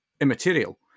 immaterial